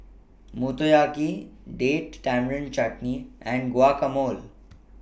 Motoyaki Date Tamarind Chutney and Guacamole